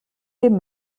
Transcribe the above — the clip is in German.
dem